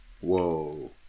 whoa